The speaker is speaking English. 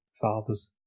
fathers